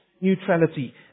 neutrality